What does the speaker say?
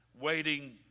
waiting